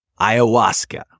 ayahuasca